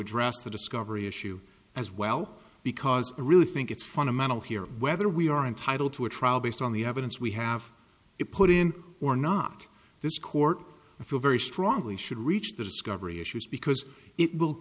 address the discovery issue as well because i really think it's fundamental here whether we are entitled to a trial based on the evidence we have to put in or not this court i feel very strong should reach the discovery issues because it will